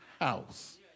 house